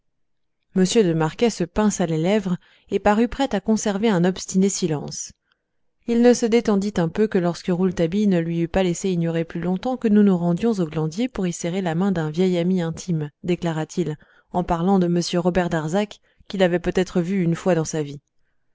de marquet se pinça les lèvres et parut prêt à conserver un obstiné silence il ne se détendit un peu que lorsque rouletabille ne lui eut pas laissé ignorer plus longtemps que nous nous rendions au glandier pour y serrer la main d'un vieil ami intime déclara-t-il en parlant de m robert darzac qu'il avait peut-être vu une fois dans sa vie